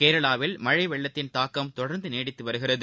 கேரளாவில் மழைவெள்ளத்தின் தாக்கம் தொடர்ந்துநீடித்துவருகிறது